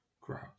crowd